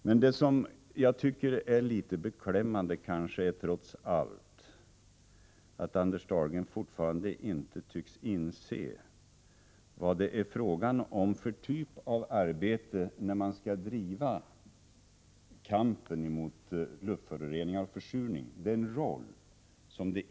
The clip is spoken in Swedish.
Men det som jag finner beklämmande är, trots allt, att Anders Dahlgren fortfarande inte tycks inse vilken roll det internationella samarbetet måste få spela vid denna typ av arbete — när man skall driva kampen mot luftföroreningar och försurning.